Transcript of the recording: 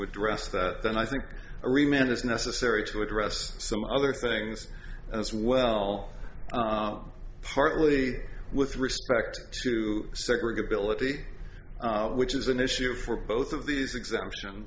address that then i think a reminder is necessary to address some other things as well partly with respect to separate ability which is an issue for both of these exemptions